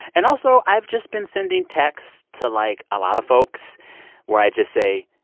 and also, i've just been sending texts to, like, a lot of folks where i just say,